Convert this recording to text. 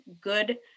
good